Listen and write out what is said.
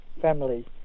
family